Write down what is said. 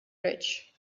rich